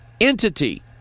entity